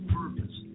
purpose